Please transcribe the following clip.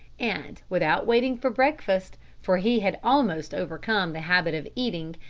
and, without waiting for breakfast, for he had almost overcome the habit of eating,